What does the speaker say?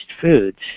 foods